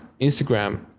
Instagram